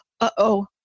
uh-oh